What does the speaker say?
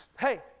Hey